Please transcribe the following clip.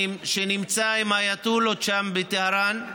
שנמצא עם האייתולות שם בטהרן,